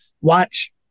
watch